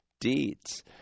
deeds